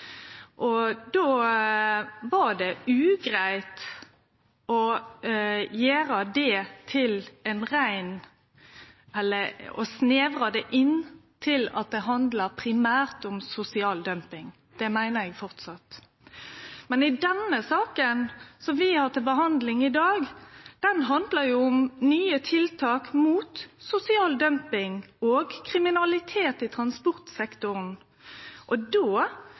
generelt. Då var det ugreitt å snevra det inn til at det handlar primært om sosial dumping. Det meiner eg framleis. Men den saka som vi har til behandling i dag, handlar jo om nye tiltak mot sosial dumping og kriminalitet i transportsektoren. Då